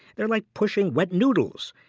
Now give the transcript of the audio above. they're like pushing wet noodles.